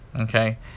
Okay